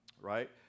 right